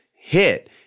hit